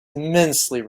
immensely